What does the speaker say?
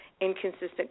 inconsistent